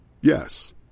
Yes